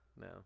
No